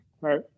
Right